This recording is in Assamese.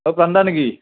অঁ প্ৰাণ দা নেকি